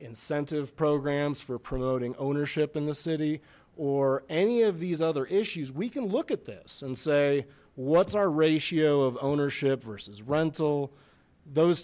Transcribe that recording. incentive programs for promoting ownership in the city or any of these other issues we can look at this and say what's our ratio of ownership versus rental those